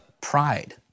pride